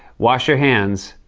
wash your hands.